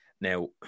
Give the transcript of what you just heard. Now